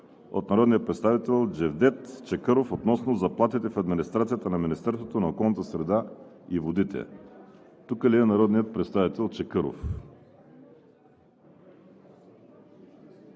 от народния представител Джевдет Чакъров относно заплатите в администрацията на Министерството на околната среда и водите. Тук ли е народният представител Чакъров?